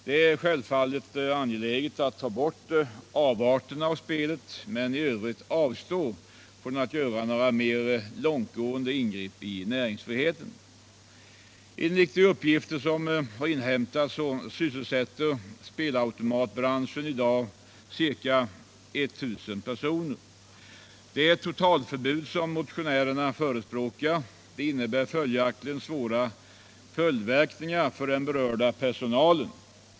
Det är självfallet angeläget att ta bort avarterna i samband med detta spel, men man bör i övrigt avstå från att göra några mer långtgående ingrepp i näringsfriheten. Enligt de uppgifter utskottet inhämtat sysselsätter spelautomatbranschen i dag ca 1000 personer. Det totalförbud som motionärerna förespråkar innebär således svåra följdverkningar för den berörda personalen.